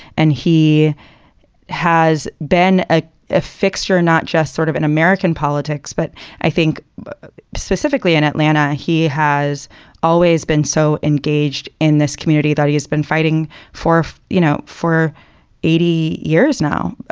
and he has been a ah fixture, not just sort of in american politics, but i think specifically in atlanta. he has always been so engaged in this community that he has been fighting for, you know, for eighty years now,